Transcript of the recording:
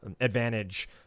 advantage